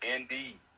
Indeed